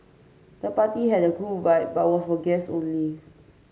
the party had a cool vibe but was for guest only